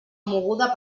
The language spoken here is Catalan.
moguda